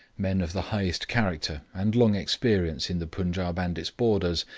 men of the highest character and long experience in the punjaub and its borders,